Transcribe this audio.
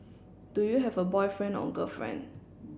do you have a boyfriend or girlfriend